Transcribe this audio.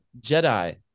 Jedi